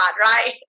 right